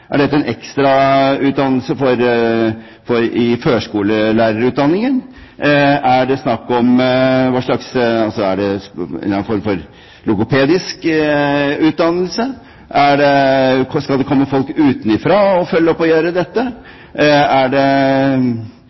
Er dette en ekstra utdannelse i førskolelærerutdanningen? Er det snakk om en eller annen form for logopedisk utdannelse? Skal det komme folk utenfra for å følge opp dette?